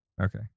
Okay